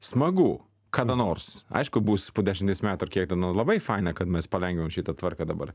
smagu kada nors aišku bus po dešimties metų ar kiek ten nu labai faina kad mes palengvinom šitą tvarką dabar